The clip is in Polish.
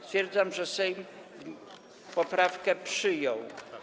Stwierdzam, że Sejm poprawkę przyjął.